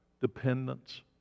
Dependence